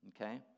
okay